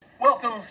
Welcome